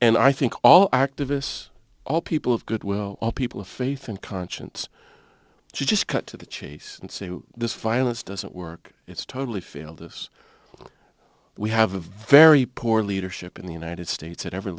and i think all activists all people of goodwill all people of faith and conscience just cut to the chase and say this violence doesn't work it's totally failed us we have a very poor leadership in the united states at every